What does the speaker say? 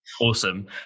awesome